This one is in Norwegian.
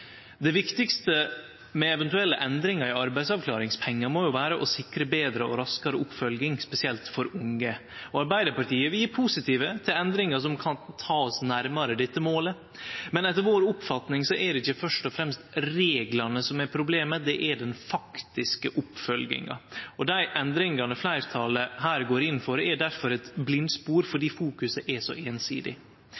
Det viktigaste med eventuelle endringar i arbeidsavklaringspengar må vere å sikre betre og raskare oppfølging, spesielt for unge, og vi i Arbeidarpartiet er positive til endringar som kan ta oss nærmare dette målet. Men etter vår oppfatning er det ikkje først og fremst reglane som er problemet, men den faktiske oppfølginga. Dei endringane fleirtalet her går inn for, er derfor eit blindspor